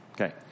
Okay